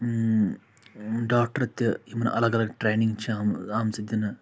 doctor تہِ یِمَن اَلگ اَلگ ٹرٛینِنٛگ چھےٚ آم آمژٕ دِنہٕ